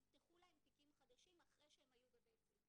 נפתחו להם תיקים חדשים אחרי שהם היו ב'בית זיו'.